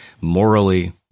morally